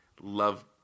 love